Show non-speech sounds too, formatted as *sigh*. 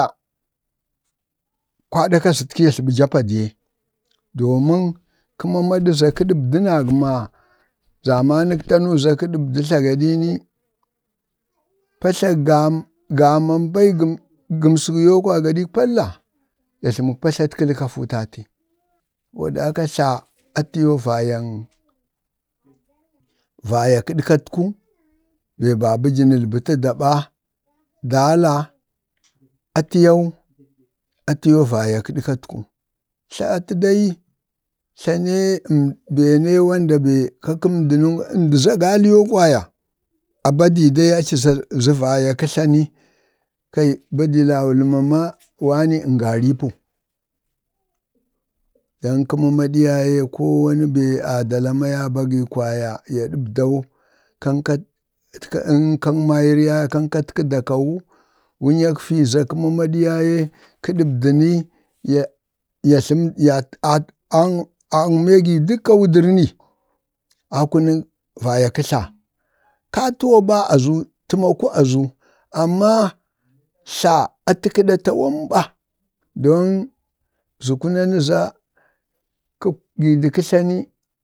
agagi yoo kwaya, gadiik palla ya tlamək patlat kəli ka futati, saboda kaka tla atiyoo vayaŋ vayak kəɗkatku, baba jə nəl bətə da ɓa dala atiyau atiyo vayak kaɗkat ku, tla ala dai be ne be ka kəmdi nə, əmdi za agaji yoo kwaa *unintelligible* a badii dai aci za a ci zə vayak kə tlani, badi laulu ma wani ngaripu dan kə mamadu yaye ko wani be adala ma ya bagi kwaya ya ɗabdau kaŋ ka ka *hesitation* kag mairi yaye kaŋ katkədu akawu wunyak fii za ka mamaɗu yaye kə ɗabda ni yayu ɗabdau aŋ aŋ aŋmee yi dəkka wujərani akunak vayak kə tla. kayatuwa ɓa a zu tamaku azu, amma tla atə ka ɗa tawan ɓa, don abzuku nanəza kuk-yi dək kə tla ni,